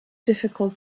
difficult